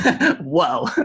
Whoa